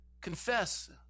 Confess